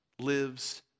lives